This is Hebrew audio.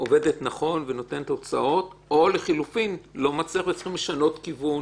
עובדת נכון ונותנת תוצאות או לחילופין לא מצליחים לשנות כיוון